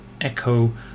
echo